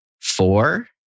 four